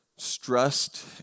stressed